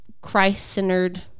Christ-centered